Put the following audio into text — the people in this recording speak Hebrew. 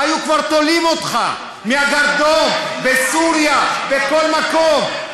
היו כבר תולים אותך מהגרדום בסוריה, בכל מקום.